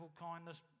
kindness